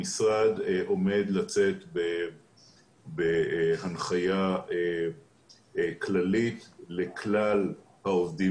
המשרד עומד לצאת בהנחיה כללית לכלל העובדים